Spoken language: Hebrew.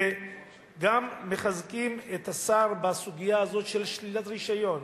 וגם מחזקים את השר בסוגיה הזאת של שלילת רשיון.